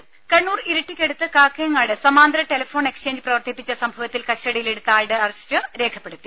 ദേദ കണ്ണൂർ ഇരിട്ടിക്കടുത്ത് കാക്കയങ്ങാട് സമാന്തര ടെലിഫോൺ എക്സ്ചേഞ്ച് പ്രവർത്തിപ്പിച്ച സംഭവത്തിൽ കസ്റ്റഡിയിലെടുത്ത ആളുടെ അറസ്റ്റ് രേഖപ്പെടുത്തി